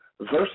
versus